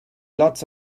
lots